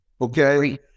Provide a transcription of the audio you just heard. Okay